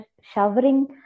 showering